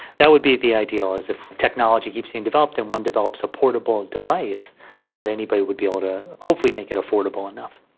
that would be the ideal, is if technology keeps being developed, then one develops a portable device that anybody would be able to hopefully make it affordable enough.